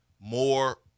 More